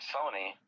Sony